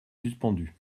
suspendue